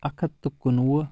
اکھ ہتھ تہٕ کُنوُہ